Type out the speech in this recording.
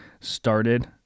started